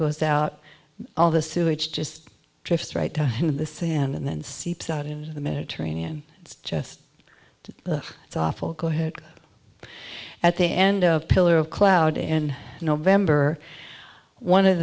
goes out all the sewage just drifts right to the sea and then seeps out into the mediterranean it's just it's awful go ahead at the end of pillar of cloud in november one of